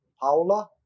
Paula